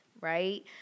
right